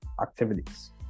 activities